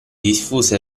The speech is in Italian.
diffuse